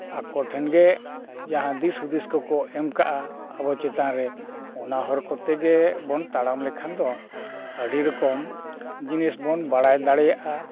ᱟᱠᱚ ᱴᱷᱮᱱ ᱜᱮ ᱡᱟᱦᱟᱸ ᱫᱤᱥ ᱦᱩᱫᱤᱥ ᱠᱚ ᱠᱚ ᱮᱢ ᱠᱟᱜᱼᱟ ᱟᱵᱚ ᱪᱮᱛᱟᱱ ᱨᱮ ᱚᱱᱟ ᱦᱚᱨ ᱠᱚᱛᱮ ᱵᱚᱱ ᱛᱟᱲᱟᱢ ᱞᱮᱠᱷᱟᱱ ᱫᱚᱱ ᱟᱹᱰᱤ ᱨᱚᱠᱚᱢ ᱡᱤᱱᱤᱥ ᱵᱚᱱ ᱵᱟᱲᱟᱭ ᱫᱟᱲᱮᱭᱟᱜᱼᱟ